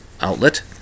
outlet